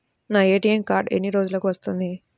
నా ATM card ఎన్ని రోజులకు వస్తుంది?